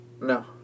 No